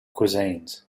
cuisines